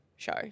show